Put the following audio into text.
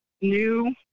new